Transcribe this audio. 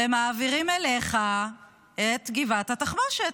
ומעבירים אליך את גבעת התחמושת.